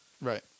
right